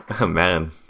Man